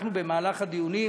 במהלך הדיונים